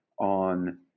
on